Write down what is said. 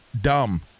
dumb